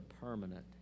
permanent